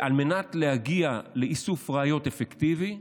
על מנת להגיע לאיסוף ראיות אפקטיבי,